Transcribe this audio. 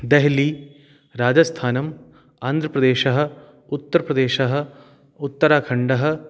देहली राजस्थानम् आन्ध्रप्रदेशः उत्तर्प्रदेशः उत्तराखण्डः